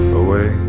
away